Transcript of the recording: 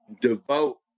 devote